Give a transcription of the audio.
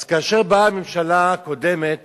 אז כאשר באה הממשלה הקודמת